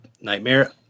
Nightmare